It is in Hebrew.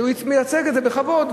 שמייצג את זה בכבוד,